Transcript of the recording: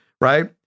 right